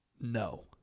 No